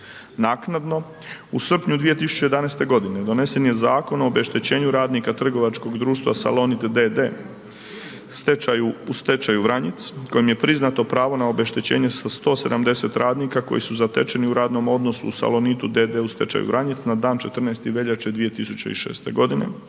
Naknadno u srpnju 2011. godine donesen je Zakon o obeštećenju radnika trgovačkog društva Salonit d.d., u stečaju, u stečaju Vranjic kojem je priznato pravo na obeštećenje sa 170 radnika koji su zatečeni u radnom odnosu u Salonit d.d. u stečaju, Vranjic na dan 14. veljače 2006. g.,